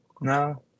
No